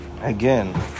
Again